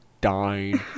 dying